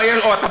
או אתה פורש,